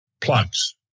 Plugs